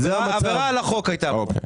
עבירה על החוק הייתה פה.